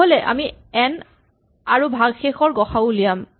নহ'লে আমি এন আৰু ভাগশেষ ৰ গ সা উ ঘূৰাম